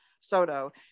Soto